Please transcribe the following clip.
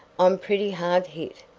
i'm pretty hard hit,